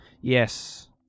Yes